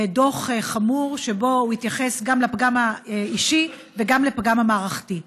דוח חמור שבו הוא התייחס גם לפגם האישי וגם לפגם המערכתי.